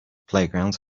playgrounds